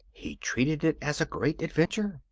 he treated it as a great adventure.